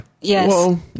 Yes